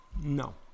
no